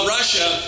Russia